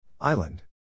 Island